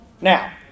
Now